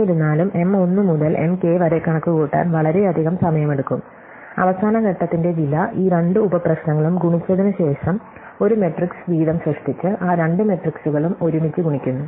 എന്നിരുന്നാലും M 1 മുതൽ M k വരെ കണക്കുകൂട്ടാൻ വളരെയധികം സമയം എടുക്കും അവസാന ഘട്ടത്തിന്റെ വില ഈ രണ്ട് ഉപപ്രശ്നങ്ങളും ഗുണിച്ചതിനുശേഷം ഒരു മാട്രിക്സ് വീതം സൃഷ്ടിച്ച് ആ രണ്ട് മെട്രിക്സുകളും ഒരുമിച്ച് ഗുണിക്കുന്നു